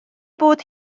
bod